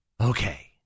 okay